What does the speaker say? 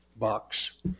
box